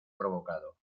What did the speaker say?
provocado